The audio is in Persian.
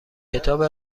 کتاب